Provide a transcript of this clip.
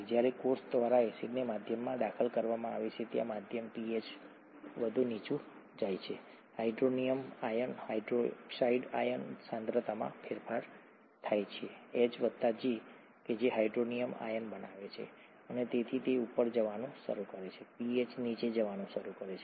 જ્યારે કોષ દ્વારા એસિડને માધ્યમમાં દાખલ કરવામાં આવે છે ત્યારે મધ્યમ pH વધુ નીચે જાય છે હાઇડ્રોનિયમ આયન હાઇડ્રોક્સાઇડ આયન સાંદ્રતામાં ફેરફાર થાય છે H વત્તા જે હાઇડ્રોનિયમ આયન બનાવે છે અને તેથી તે ઉપર જવાનું શરૂ કરે છે pH નીચે જવાનું શરૂ કરે છે